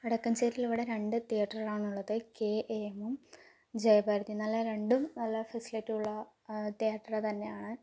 വടക്കഞ്ചേരിയിലിവിടെ രണ്ടു തീയേറ്ററുകളാണുള്ളത് K A എമ്മും ജയഭാരതിയും നല്ല രണ്ടും നല്ല ഫെസിലിറ്റിയുള്ള തിയേറ്റർ തന്നെയാണ്